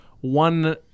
one